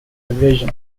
division